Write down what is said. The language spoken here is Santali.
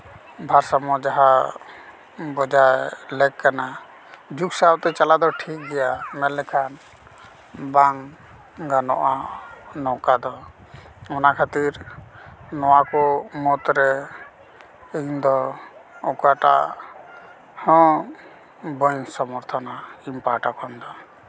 ᱵᱷᱟᱨ ᱥᱟᱢᱢᱚ ᱡᱟᱦᱟᱸ ᱵᱚᱡᱟᱭ ᱞᱮᱠ ᱠᱟᱱᱟ ᱡᱩᱜᱽ ᱥᱟᱶᱛᱮ ᱪᱟᱞᱟᱣ ᱫᱚ ᱴᱷᱤᱠ ᱜᱮᱭᱟ ᱢᱮᱱ ᱞᱮᱠᱷᱟᱱ ᱵᱟᱝ ᱜᱟᱱᱚᱜᱼᱟ ᱱᱚᱝᱠᱟ ᱫᱚ ᱚᱱᱟ ᱠᱷᱟᱹᱛᱤᱨ ᱱᱚᱣᱟ ᱠᱚ ᱢᱩᱫᱽᱨᱮ ᱤᱧᱫᱚ ᱚᱠᱟᱴᱟᱜ ᱦᱚᱸ ᱵᱟᱹᱧ ᱥᱚᱢᱚᱨᱛᱷᱚᱱᱟ ᱤᱧ ᱯᱟᱦᱚᱴᱟ ᱠᱷᱚᱱ ᱫᱚ